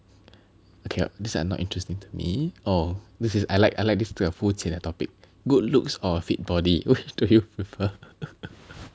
okay these are not interesting to me oh this is I like I like this to a fu jie topic good looks or fit body which do you prefer